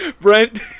Brent